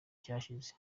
cyashize